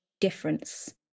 difference